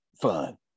fun